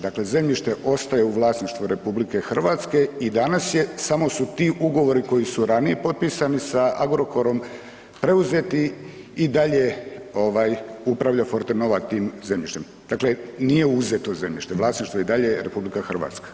Dakle zemljište ostaje u vlasništvu RH i danas je, samo su ti ugovori koji su ranije potpisani sa Agrokorom preuzeti i dalje upravljaju Forte Nova tim zemljištem, dakle nije uzeto zemljište, vlasništvo je i dalje RH.